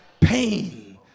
Pain